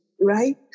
Right